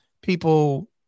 people